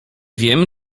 wiem